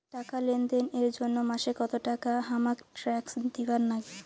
টাকা লেনদেন এর জইন্যে মাসে কত টাকা হামাক ট্যাক্স দিবার নাগে?